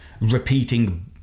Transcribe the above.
repeating